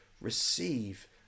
receive